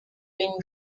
been